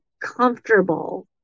comfortable